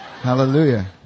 Hallelujah